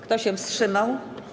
Kto się wstrzymał?